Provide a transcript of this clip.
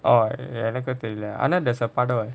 oh ya எனக்கு தெரில ஆனா:ennakku terila aanaa I like the part one